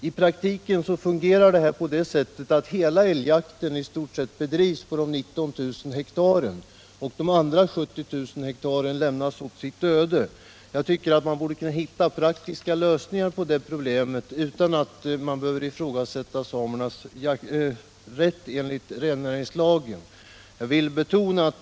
I praktiken fungerar det så, att hela älgjakten i stort sett bedrivs på de 19 000 hektaren, och de övriga 70 000 hektaren lämnas åt sitt öde. Det borde gå att hitta praktiska lösningar på problemen utan att samernas rätt enligt rennäringslagen ifrågasätts.